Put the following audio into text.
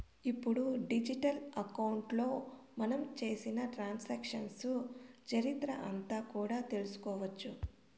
ఇప్పుడు డిజిటల్ అకౌంట్లో మనం చేసిన ట్రాన్సాక్షన్స్ చరిత్ర అంతా కూడా తెలుసుకోవచ్చు